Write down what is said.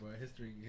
history